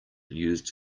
used